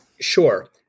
Sure